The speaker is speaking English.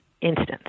instance